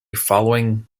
following